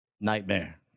nightmare